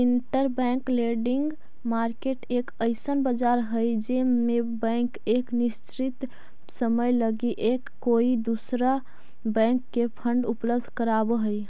interbank lending market एक अइसन बाजार हई जे में बैंक एक निश्चित समय लगी एक कोई दूसरा बैंक के फंड उपलब्ध कराव हई